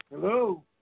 Hello